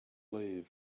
leave